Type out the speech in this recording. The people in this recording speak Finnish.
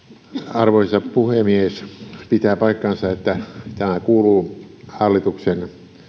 arvoisa puhemies pitää paikkansa että tämä kuuluu hallituksen